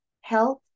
health